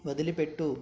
వదిలిపెట్టు